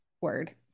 word